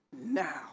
now